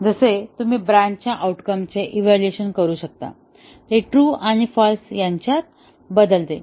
आणि जसे तुम्ही ब्रँचच्या आउटकमचे इव्हॅल्युएशन करू शकता ते ट्रू आणि फाल्स यांच्यात बदलते